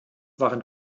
waren